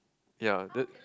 ya the